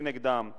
כנגדם,